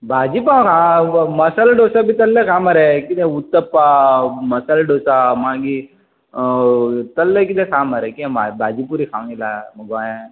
भाजी पांव खावंक मसाला डोसा बी तशें खा मरे कितें उतप्पा मसाला डोसा मागीर तशें कितें खा मरे कितें मागीर भाजी पुरी खावंक आयलाय गोंयान